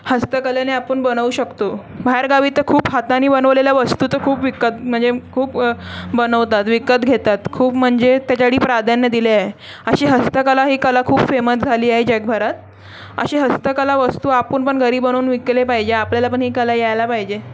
हस्तकलेने आपण बनवू शकतो बाहेरगावी तर खूप हातानी बनवलेल्या वस्तू तर खूप विकतात म्हणजे खूप बनवतात विकत घेतात खूप म्हणजे त्याच्यासाठी प्राधान्य दिले आहे अशी हस्तकला ही कला खूप फेमस झाली आहे जगभरात अशी हस्तकला वस्तू आपण पण घरी बनवून विकले पाहिजे आपल्याला पण ही कला यायला पाहिजे